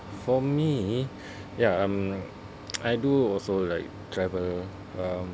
for me ya I'm like I do also like travel um